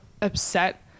upset